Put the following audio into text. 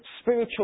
spiritual